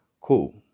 Cool